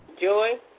joy